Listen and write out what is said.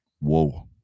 Whoa